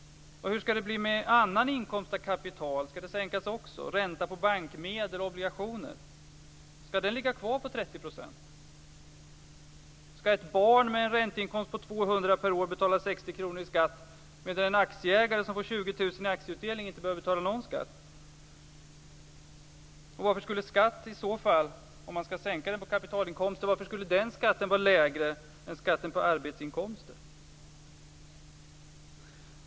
Hur skall det bli med annan inkomst av kapital? Skall den skatten också sänkas liksom ränta på bankmedel och obligationer, eller skall den ligga kvar på 30 %? Skall ett barn med en ränteinkomst på 200 kr per år betala 60 kr i skatt, medan en aktieägare som får 20 000 i aktieutdelning inte behöver betala någon skatt? Om man skall sänka skatten på kapitalinkomster, varför skulle i så fall den skatten vara lägre än skatten på arbetsinkomster?